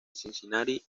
cincinnati